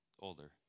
older